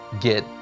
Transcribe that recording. get